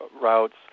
routes